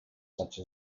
such